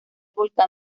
volcán